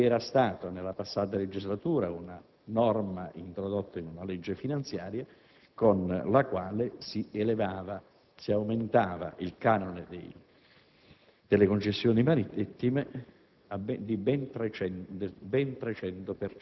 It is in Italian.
Ricordo agli onorevoli senatori che vi era stata nella passata legislatura una norma introdotta da una legge finanziaria con la quale si aumentava il canone delle